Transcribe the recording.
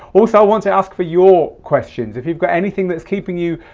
also want to ask for your questions. if you've got anything that's keeping you,